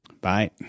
Bye